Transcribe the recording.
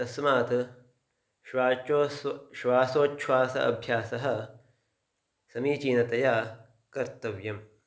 तस्मात् श्वासः श्वासोछ्वासाभ्यासः समीचीनतया कर्तव्यम्